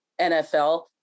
NFL